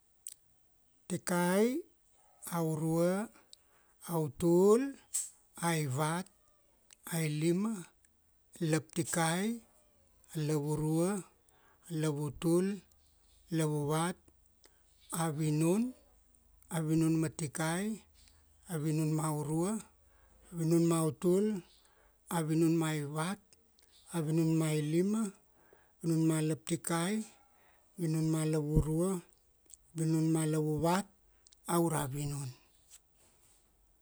Tikai, aurua, autul, aivat, ailima, laptikai, lavurua, lavutul, lavuvat, avinun, vinun ma tikai, vinuna maurua, vinun mautul, vinun maivat, vinun mailima, vinun ma laptikai, vinun ma lavurua, vinun ma lavuvat, aura vinun.